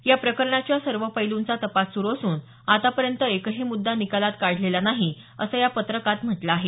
या प्रकरणाच्या सर्व पैलूंचा तपास सुरू असून आतापर्यंत एकही मुद्दा निकालात काढलेला नाही असं या पत्रकात म्हटलं आहे